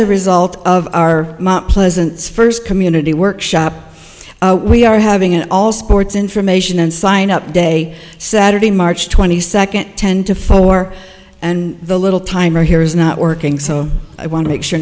a result of our pleasant first community workshop we are having an all sports information and sign up day saturday march twenty second ten to four and the little timer here is not working so i want to make sure